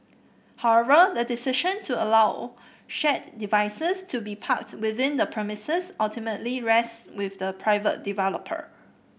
however the decision to allow shared devices to be parked within the premises ultimately rest with the private developer